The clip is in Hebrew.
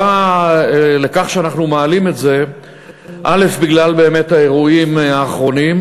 אנחנו מעלים את הנושא בגלל האירועים האחרונים,